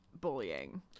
bullying